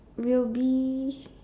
will be